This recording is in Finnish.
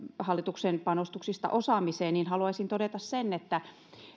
hallituksen panostuksista osaamiseen haluaisin todeta sen että